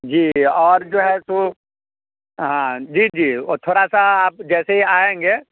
जी और जो है सो हाँ जी जी वो थोड़ा सा आप जैसे ही आएँगे